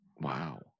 Wow